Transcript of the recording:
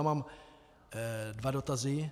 Mám dva dotazy.